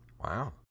Wow